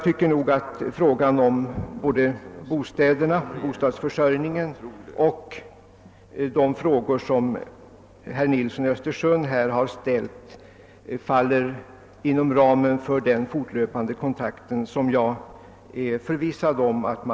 Både frågan om bostadsförsörjningen och de frågor som herr Nilsson i Östersund här har framfört har fallit inom ramen för denna fortlöpande kontakt.